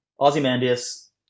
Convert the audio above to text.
Ozymandias